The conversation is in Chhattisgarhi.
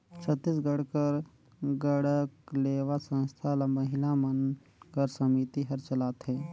छत्तीसगढ़ कर गढ़कलेवा संस्था ल महिला मन कर समिति हर चलाथे